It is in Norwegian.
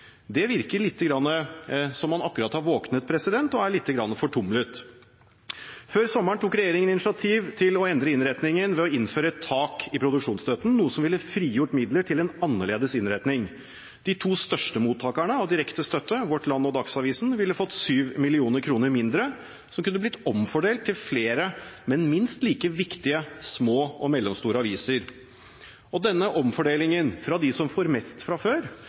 Det virker litt som at man akkurat har våknet og er lite grann fortumlet. Før sommeren tok regjeringen initiativ til å endre innretningen ved å innføre et tak i produksjonsstøtten, noe som ville frigjort midler til en annerledes innretning. De to største mottakerne av direkte støtte, Vårt Land og Dagsavisen, ville fått 7 mill. kr mindre som kunne blitt omfordelt til flere, men minst like viktige små og mellomstore aviser. Denne omfordelingen fra dem som får mest fra før,